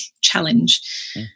challenge